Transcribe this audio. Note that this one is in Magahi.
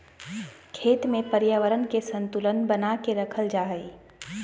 खेत में पर्यावरण के संतुलन बना के रखल जा हइ